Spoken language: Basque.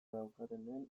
daukatenen